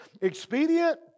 expedient